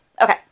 Okay